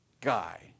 guy